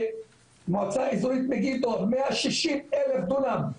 במועצה אזורית מגידו, מאה שישים אלף דונם,